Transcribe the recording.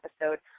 episode